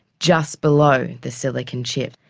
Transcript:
just below the silicon chip.